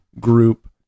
group